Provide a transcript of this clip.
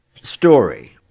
story